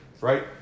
right